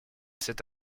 cet